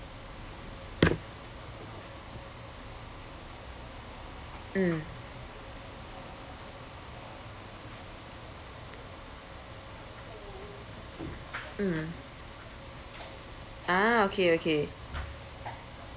mm mm a'ah okay okay